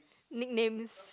nicknames